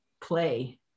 play